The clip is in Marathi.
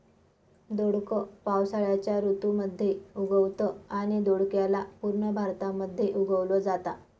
दोडक पावसाळ्याच्या ऋतू मध्ये उगवतं आणि दोडक्याला पूर्ण भारतामध्ये उगवल जाता